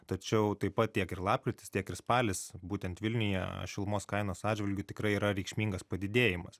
tačiau taip pat tiek ir lapkritis tiek ir spalis būtent vilniuje šilumos kainos atžvilgiu tikrai yra reikšmingas padidėjimas